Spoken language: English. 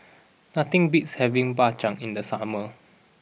nothing beats having Bak Chang in the summer